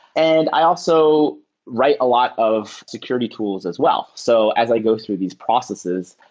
and i also write a lot of security tools as well. so as i go through these processes,